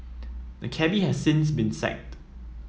the cabby has since been sacked